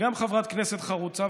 וגם חברת כנסת חרוצה,